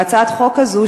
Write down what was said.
בהצעת החוק הזאת,